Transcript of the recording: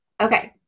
Okay